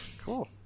Cool